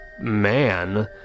man